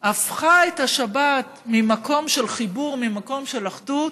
הפכה את השבת ממקום של חיבור, ממקום של אחדות,